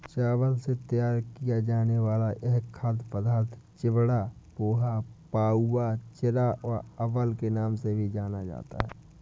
चावल से तैयार किया जाने वाला यह खाद्य पदार्थ चिवड़ा, पोहा, पाउवा, चिरा या अवल के नाम से भी जाना जाता है